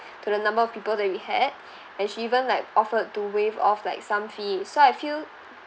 to the number of people that we had and she even like offered to waive off like some fee so I feel